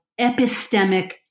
epistemic